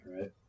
right